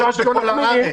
משפטנים.